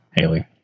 Haley